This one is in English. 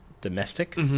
domestic